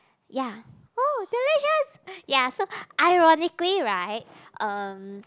ya oh delicious ya so ironically right um